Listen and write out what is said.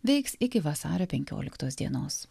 veiks iki vasario penkioliktos dienos